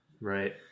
right